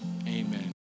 amen